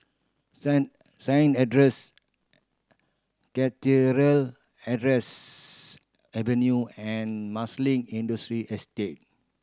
Saint Saint Andrew's Cathedral Andrew's Avenue and Marsiling Estate